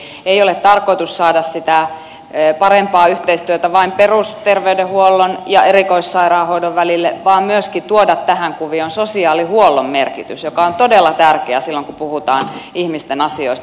eli ei ole tarkoitus saada sitä parempaa yhteistyötä vain perusterveydenhuollon ja erikoissairaanhoidon välille vaan myöskin tuoda tähän kuvioon sosiaalihuollon merkitys joka on todella tärkeä silloin kun puhutaan ihmisten asioista